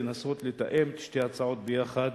לנסות לתאם את שתי ההצעות ביחד,